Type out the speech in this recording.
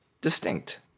distinct